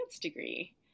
degree